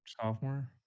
sophomore